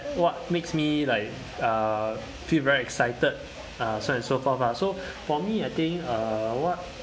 what makes me like uh feel very excited uh so and so forth lah so for me I think uh what